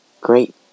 great